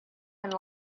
and